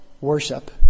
worship